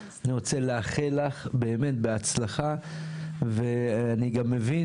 אני רוצה לאחל לך באמת בהצלחה ואני גם מבין